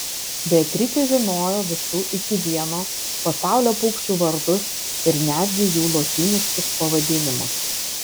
beatričė žinojo visų iki vieno pasaulio paukščių vardus ir netgi jų lotyniškus pavadinimus